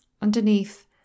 underneath